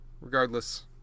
regardless